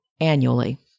annually